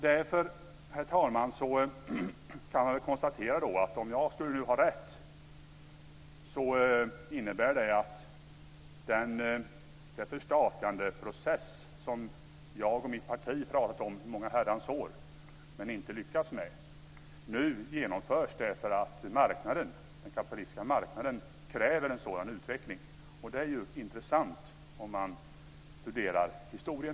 Därför, herr talman, kan man väl konstatera att det, om jag nu skulle ha rätt, innebär att den förstatligandeprocess som jag och mitt parti har pratat om i många herrans år men inte lyckats med nu genomförs därför att den kapitalistiska marknaden kräver en sådan utveckling. Det är ju intressant om man studerar historien.